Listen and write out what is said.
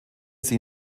sie